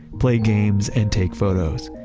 play games and take photos.